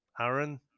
Aaron